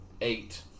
Eight